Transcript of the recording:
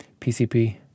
PCP